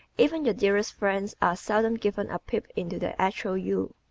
even your dearest friends are seldom given a peep into the actual you.